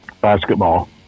Basketball